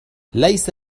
ليس